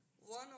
One